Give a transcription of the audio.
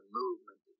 movement